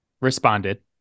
responded